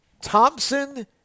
Thompson